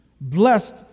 Blessed